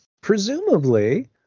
Presumably